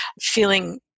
feeling